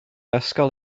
ysgol